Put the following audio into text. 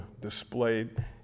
displayed